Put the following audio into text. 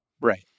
Right